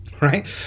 right